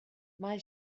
mae